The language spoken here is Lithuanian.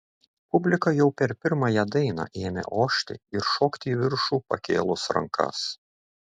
publika jau per pirmąją dainą ėmė ošti ir šokti į viršų pakėlus rankas